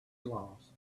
lost